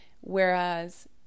Whereas